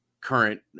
current